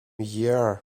year